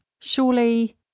surely